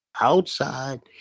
outside